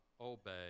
obey